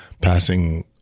passing